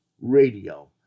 radio